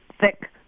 thick